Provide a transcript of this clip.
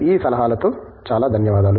ఈ సలహాలతో చాలా ధన్యవాదాలు